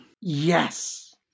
Yes